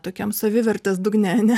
tokiam savivertės dugne